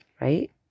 right